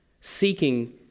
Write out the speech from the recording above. seeking